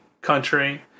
country